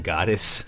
Goddess